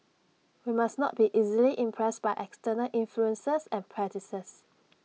we must not be easily impressed by external influences and practices